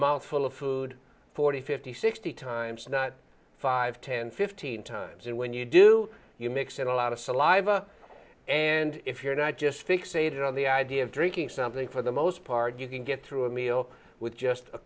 mouthful of food forty fifty sixty times not five ten fifteen times and when you do you mix in a lot of saliva and if you're not just fixated on the idea of drinking something for the most part you can get through a meal with just a